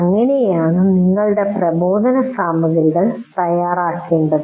അങ്ങനെയാണ് നിങ്ങളുടെ പ്രബോധനസാമഗ്രികൾ തയ്യാറാക്കേണ്ടത്